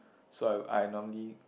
so I I normally